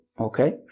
Okay